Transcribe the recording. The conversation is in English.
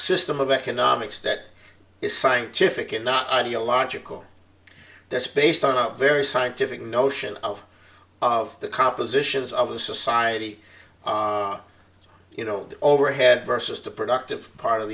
system of economics that is scientific and not ideological that's based on a very scientific notion of of the compositions of the society you know overhead versus the productive part of